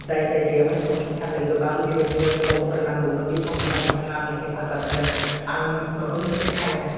जाय जायगायावहाय सौहैनो थाखाय गोबां बेबादिनो समफोर नांगौमोन बे समावहाय बिथाङा आंनो हेफाजाब होदों आंनि माबा मोनसे टाइम